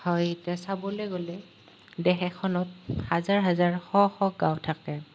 হয় এতিয়া চাবলৈ গ'লে দেশ এখনত হাজাৰ হাজাৰ শ শ গাঁও থাকে